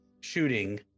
shooting